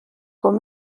com